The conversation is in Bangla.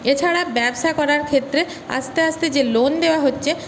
এছাড়া ব্যবসা করার ক্ষেত্রে আস্তে আস্তে যে লোন দেওয়া হচ্ছে